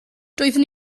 doeddwn